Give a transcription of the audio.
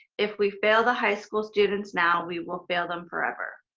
if we fail the high school student now, we will fail them forever.